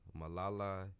Malala